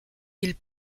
ils